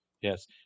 Yes